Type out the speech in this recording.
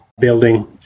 building